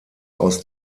aus